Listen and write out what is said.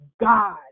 God